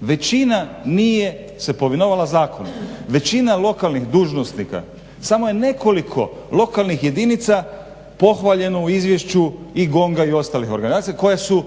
većina nije se povinovala zakonu, većina lokalnih dužnosnika samo je nekoliko lokalnih jedinica pohvaljeno u izvješću i GONG-a i ostalih organizacija, … koji su